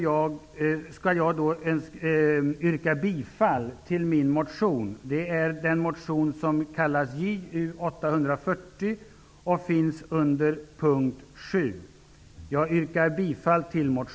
Jag yrkar bifall till min motion Ju840 under punkt